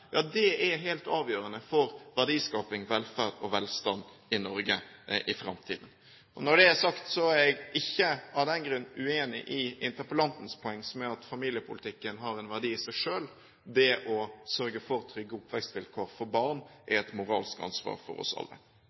er helt avgjørende for verdiskaping, velferd og velstand i Norge i framtiden. Når det er sagt, er jeg ikke av den grunn uenig i interpellantens poeng, som er at familiepolitikken har en verdi i seg selv. Det å sørge for trygge oppvekstvilkår for barn er et moralsk ansvar for oss alle.